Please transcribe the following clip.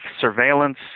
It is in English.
surveillance